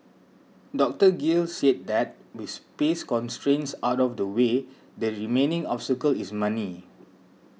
Doctor Gill said that with space constraints out of the way the remaining obstacle is money